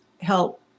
help